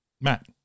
Matt